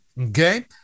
okay